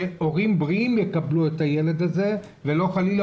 שהורים בריאים יקבלו את הילד זה ולא חלילה